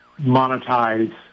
monetize